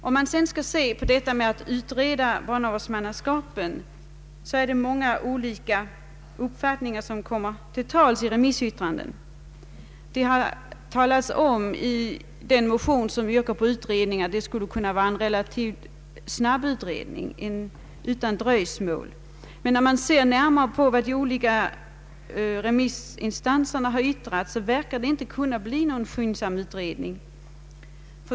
När det gäller frågan om en utredning av barnavårdsmannaskapen kommer många olika uppfattningar till uttryck i remissyttrandena. I den motion som yrkar på utredning har sagts att det skulle kunna ske en relativt snabb utredning, en utredning utan dröjsmål. Men när man närmare ser på vad de olika remissinstanserna har yttrat förefaller det inte kunna bli någon skyndsam utredning.